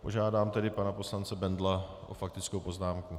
Požádám tedy pana poslance Bendla o faktickou poznámku.